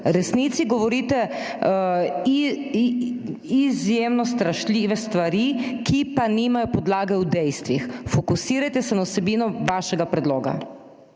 resnici govorite izjemno strašljive stvari, ki pa nimajo podlage v dejstvih. Fokusirajte se na vsebino vašega predloga.